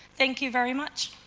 thank you very much.